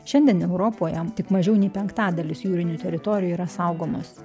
šiandien europoje tik mažiau nei penktadalis jūrinių teritorijų yra saugomos